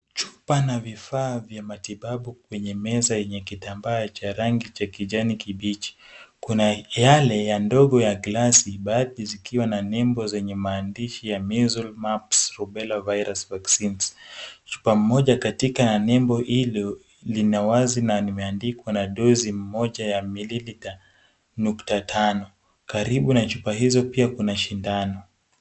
Chupa na vifaa vya matibabu kwenye meza ya kitambaa cha rangi cha kijani kibichi, kuna yale, ya ndogo ya glasi, baadhi zikiwa na nembo zenye maandishi ya missle, mumps, rubella vaccine , chupa moja katika nembo hizi lina wazi na limeandikwa na dozi moja ya mililita nukta tano, karibu na chupa hizo pia kuna shindano.